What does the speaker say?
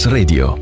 Radio